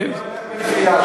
זה לא ילך בכפייה.